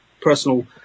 personal